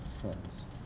friends